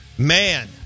man